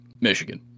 Michigan